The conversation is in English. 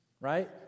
Right